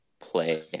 play